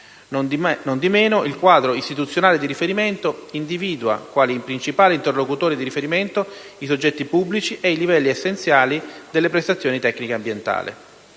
Nondimeno, il quadro istituzionale di riferimento individua, quali principali interlocutori di riferimento, i soggetti pubblici e i livelli essenziali delle prestazioni tecniche ambientali.